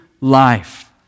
life